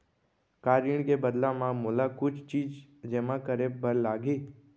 का ऋण के बदला म मोला कुछ चीज जेमा करे बर लागही?